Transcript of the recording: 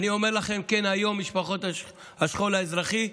אני אומר לכם, כן, היום, משפחות השכול האזרחי,